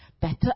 Better